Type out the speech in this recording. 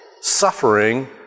suffering